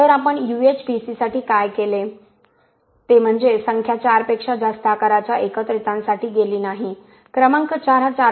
तर आपण UHPC साठी काय केले ते म्हणजे संख्या 4 पेक्षा जास्त आकाराच्या एकत्रितांसाठी गेलो नाही क्रमांक 4 हा 4